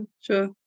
sure